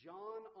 John